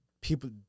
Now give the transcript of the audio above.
people